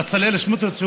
בצלאל סמוטריץ,